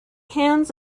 hands